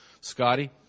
Scotty